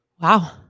Wow